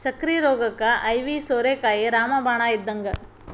ಸಕ್ಕ್ರಿ ರೋಗಕ್ಕ ಐವಿ ಸೋರೆಕಾಯಿ ರಾಮ ಬಾಣ ಇದ್ದಂಗ